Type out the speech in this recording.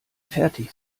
fertig